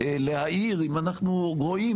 להעיר אם אנחנו רואים,